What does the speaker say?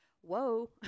Whoa